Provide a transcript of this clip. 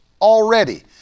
already